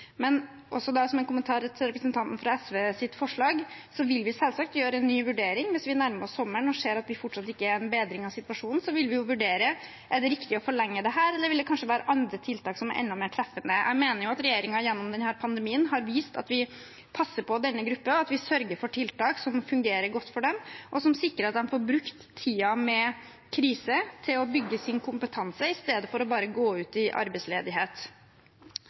En kommentar til representanten fra SVs forslag: Vi vil selvsagt gjøre en ny vurdering hvis vi nærmer oss sommeren og ser at det fortsatt ikke er bedring av situasjonen. Da vil vi vurdere om det er riktig å forlenge dette, eller om andre tiltak kanskje vil være enda mer treffende. Jeg mener regjeringen gjennom denne pandemien har vist at vi passer på denne gruppen, og at vi sørger for tiltak som fungerer godt for dem, og som sikrer at de får brukt tiden med krise til å bygge sin kompetanse istedenfor bare å gå ut i arbeidsledighet.